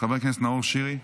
חבר הכנסת נאור שירי,